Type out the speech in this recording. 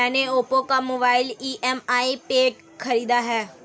मैने ओप्पो का mobile EMI पे खरीदा है